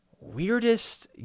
weirdest